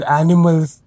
animals